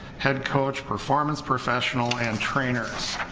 head coach, performance professiona l and trainers.